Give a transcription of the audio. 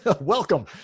welcome